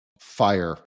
fire